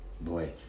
boy